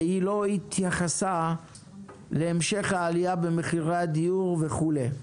והיא לא התייחסה להמשך העלייה במחירי הדיור וכולי.